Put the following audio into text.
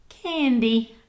candy